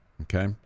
okay